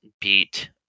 beat